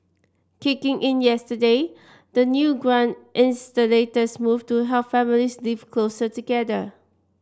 kicking in yesterday the new grant is the latest move to help families live closer together